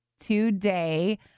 today